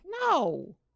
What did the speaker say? No